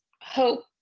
hope